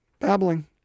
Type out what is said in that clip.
babbling